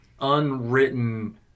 unwritten